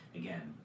again